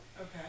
Okay